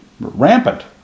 rampant